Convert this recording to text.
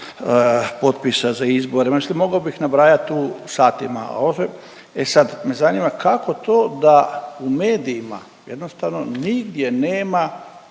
potpisa za izbore, ma mislim mogao bih nabrajati tu satima. Ovo sve, e sad me zanima kako to da u medijima jednostavno nigdje nema